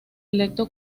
electo